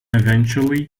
eventually